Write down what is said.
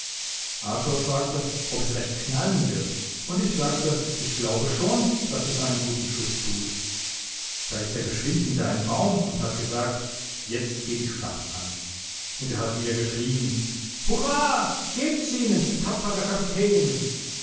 arthur fragte ob es recht knallen wird und ich sagte ich glaube schon daß es einen guten schuß tut da ist er geschwind hinter einen baum und hat gesagt jetzt geht die schlacht an und er hat wieder geschrien hurra gebt's ihnen tapferer kapitän